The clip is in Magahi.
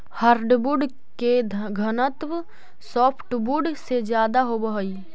हार्डवुड के घनत्व सॉफ्टवुड से ज्यादा होवऽ हइ